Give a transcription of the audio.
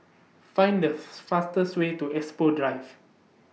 Find The fastest Way to Expo Drive